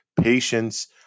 patience